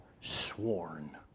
sworn